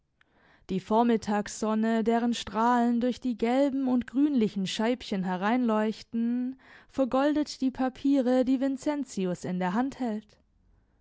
die vormittagssonne deren strahlen durch die gelben und grünlichen scheibchen hereinleuchten vergoldet die papiere die vincentius in der hand hält